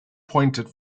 pointed